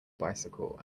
bicycle